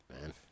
man